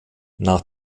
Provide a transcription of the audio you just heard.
nach